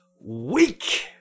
week